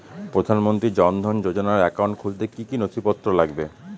প্রধানমন্ত্রী জন ধন যোজনার একাউন্ট খুলতে কি কি নথিপত্র লাগবে?